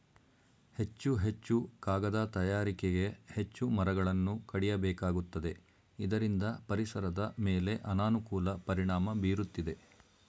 ಹೆಚ್ಚು ಹೆಚ್ಚು ಕಾಗದ ತಯಾರಿಕೆಗೆ ಹೆಚ್ಚು ಮರಗಳನ್ನು ಕಡಿಯಬೇಕಾಗುತ್ತದೆ ಇದರಿಂದ ಪರಿಸರದ ಮೇಲೆ ಅನಾನುಕೂಲ ಪರಿಣಾಮ ಬೀರುತ್ತಿದೆ